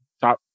top